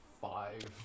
five